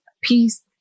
peace